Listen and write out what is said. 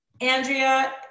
Andrea